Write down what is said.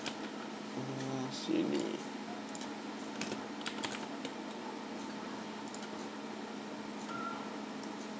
hmm sini